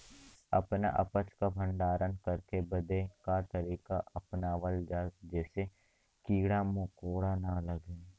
अपना उपज क भंडारन करे बदे का तरीका अपनावल जा जेसे कीड़ा मकोड़ा न लगें?